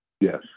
Yes